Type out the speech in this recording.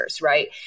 right